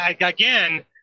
again